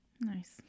Nice